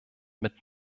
mit